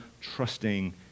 trusting